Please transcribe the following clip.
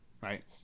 right